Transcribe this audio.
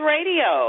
Radio